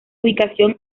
ubicación